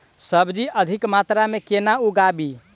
सब्जी अधिक मात्रा मे केना उगाबी?